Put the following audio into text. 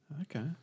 okay